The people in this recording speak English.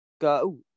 go